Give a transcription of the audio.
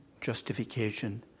justification